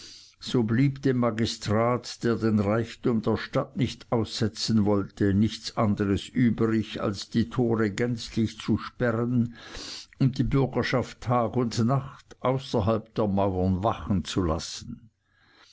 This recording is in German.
so blieb dem magistrat der den reichtum der stadt nicht aussetzen wollte nichts anderes übrig als die tore gänzlich zu sperren und die bürgerschaft tag und nacht außerhalb der mauern wachen zu lassen